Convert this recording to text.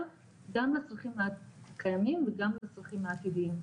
גם לצרכים הקיימים וגם לצרכים העתידיים.